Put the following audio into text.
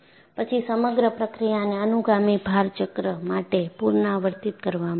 પછી સમગ્ર પ્રક્રિયાને અનુગામી ભાર ચક્ર માટે પુનરાવર્તિત કરવામાં આવશે